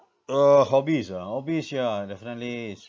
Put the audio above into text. uh hobbies ah hobbies ya definitely is